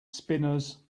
spinners